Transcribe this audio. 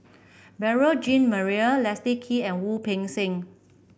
Beurel Jean Marie Leslie Kee and Wu Peng Seng